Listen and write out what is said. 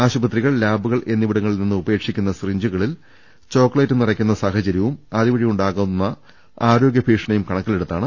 ആശുപത്രികൾ ലാബുകൾ എന്നിവിടങ്ങളിൽ നിന്ന് ഉപേക്ഷിക്കുന്ന സിറിഞ്ചുകളിൽ ചോക്ലേറ്റ് നിറയ്ക്കുന്ന സാഹചര്യവും അതുവഴിയുള്ള ആരോഗ്യ ഭീഷണിയും കണക്കിലെടുത്താണ് നടപടി